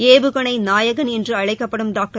ஏவுகணை நாயகன் என்று அழைக்கப்படும் டாக்டர்